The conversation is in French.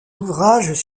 ouvrages